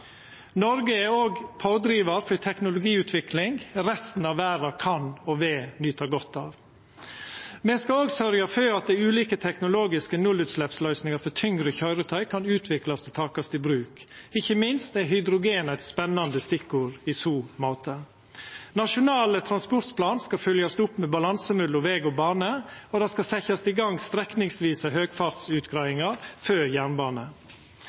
Noreg er òg pådrivar for teknologiutvikling som resten av verda kan og vil nyta godt av. Me skal òg sørgja for at dei ulike teknologiske nullutsleppsløysingane for tyngre køyretøy kan utviklast og takast i bruk, ikkje minst er hydrogen eit spennande stikkord i så måte. Nasjonal transportplan skal følgjast opp, med balanse mellom veg og bane, og det skal setjast i gang strekningsvise høgfartsutgreiingar for jernbane.